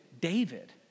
David